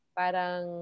parang